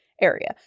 area